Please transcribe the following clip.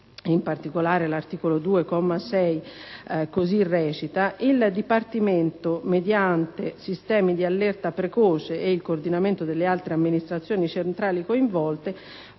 le politiche antidroga), così recita: «Il Dipartimento, mediante sistemi di allerta precoce e il coordinamento delle altre amministrazioni centrali coinvolte,